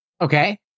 Okay